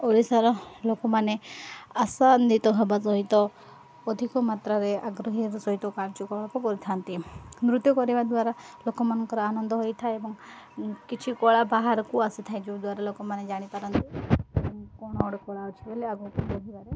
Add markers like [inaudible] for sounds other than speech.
ଓଡ଼ିଶାର ଲୋକମାନେ ଆଶାନ୍ଦିତ ହେବା ସହିତ ଅଧିକ ମାତ୍ରାରେ ଆଗ୍ରହୀର ସହିତ କାର୍ଯ୍ୟକଳାପ କରିଥାନ୍ତି ନୃତ୍ୟ କରିବା ଦ୍ୱାରା ଲୋକମାନଙ୍କର ଆନନ୍ଦ ହୋଇଥାଏ ଏବଂ କିଛି କଳା ବାହାରକୁ ଆସିଥାଏ ଯେଉଁଦ୍ୱାରା ଲୋକମାନେ ଜାଣିପାରନ୍ତି [unintelligible] ଏବଂ [unintelligible] ଅଛି ବୋଲି ଆଗକୁ ବଢ଼ିବାରେ ସେମାନେ ସାହାଯ୍ୟ କରିଥାନ୍ତି